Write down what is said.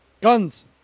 Guns